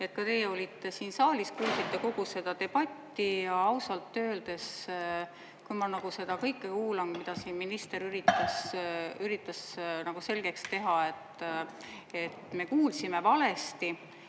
et ka teie olite siin saalis ja kuulsite kogu seda debatti. Ausalt öeldes, kui ma kuulsin seda kõike, mida siin minister üritas selgeks teha, et me kuulsime valesti,